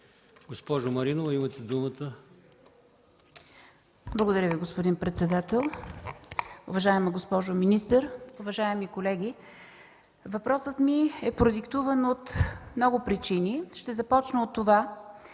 Госпожо Маринова, имате думата. КОРНЕЛИЯ МАРИНОВА (ГЕРБ): Благодаря Ви, господин председател. Уважаема госпожо министър, уважаеми колеги! Въпросът ми е продиктуван от много причини. Ще започна от това,